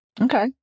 Okay